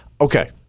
okay